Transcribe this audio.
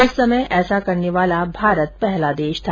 उस समय ऐसा करने वाला भारत पहला देश था